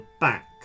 back